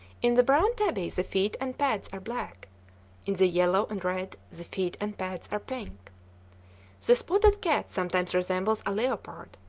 in the brown tabby the feet and pads are black in the yellow and red, the feet and pads are pink. the spotted cat sometimes resembles a leopard,